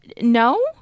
no